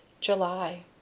July